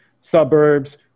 suburbs